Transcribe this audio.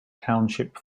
township